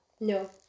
No